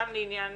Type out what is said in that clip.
סתם לעניין